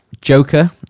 joker